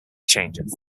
changes